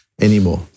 anymore